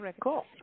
Cool